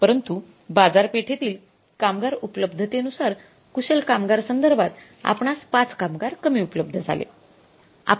परंतु बाजारपेठेतील कामगार उपलब्धतेनुसार कुशल कामगार संदर्भात आपणास ५ कामगार कमी उपलब्ध झाले